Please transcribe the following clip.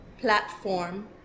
platform